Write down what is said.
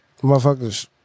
motherfuckers